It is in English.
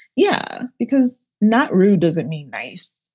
yeah, because not rude doesn't mean nice.